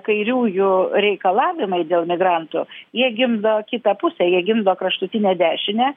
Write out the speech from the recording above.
kairiųjų reikalavimai dėl migrantų jie gimdo kitą pusę jie gimdo kraštutinę dešinę